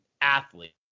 athlete